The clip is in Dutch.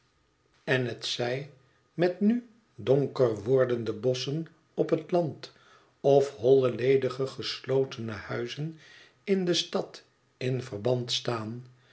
en hetzij met nu donker wordende bosschen op het land of holle ledige geslotene huizen in de stad in verband staan